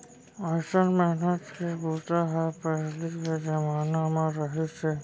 अइसन मेहनत के बूता ह पहिली के जमाना म रहिस हे